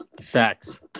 Facts